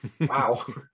wow